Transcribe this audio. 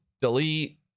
delete